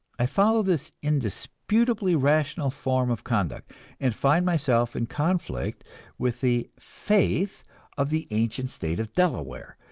i follow this indisputably rational form of conduct and find myself in conflict with the faith of the ancient state of delaware,